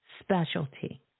specialty